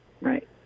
Right